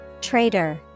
Traitor